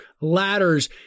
ladders